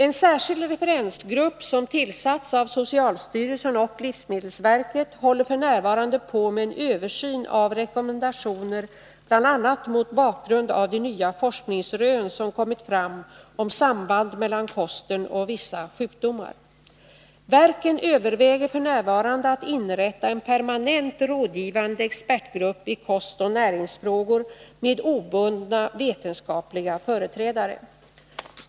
En särskild referensgrupp som tillsatts av socialstyrelsen och livsmedelsverket håller f. n. på med en översyn av rekommendationer bl.a. mot bakgrund av de nya forskningsrön som kommit fram om samband mellan kosten och vissa sjukdomar. Verken överväger f. n. att inrätta en permanent rådgivande expertgrupp i kostoch näringsfrågor med obundna vetenskapliga företrädare.